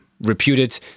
reputed